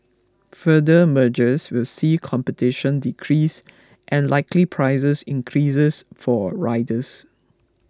further mergers will see competition decrease and likely prices increases for riders